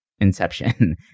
inception